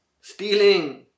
Stealing